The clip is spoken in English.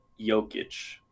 Jokic